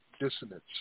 dissonance